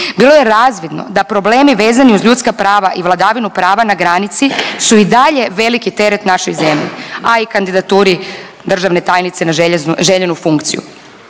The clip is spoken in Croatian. bilo je razvidno da problemi vezani uz ljudska prava i vladavinu prava na granici su i dalje veliki teret našoj zemlji, a i kandidaturi državne tajnice na željenu funkciju.